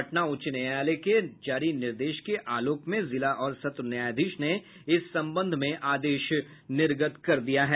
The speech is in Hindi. पटना उच्च न्यायालय के जारी निर्देश के आलोक में जिला और सत्र न्यायाधीश ने इस संबंध में आदेश निर्गत कर दिया है